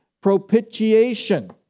Propitiation